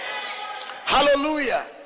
hallelujah